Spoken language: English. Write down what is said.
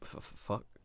Fuck